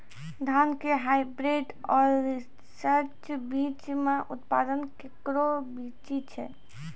धान के हाईब्रीड और रिसर्च बीज मे उत्पादन केकरो बेसी छै?